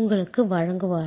உங்களுக்கு வழங்குவார்கள்